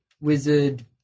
wizard